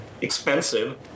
expensive